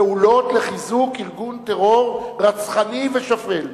פעולות לחיזוק ארגון טרור רצחני ושפל?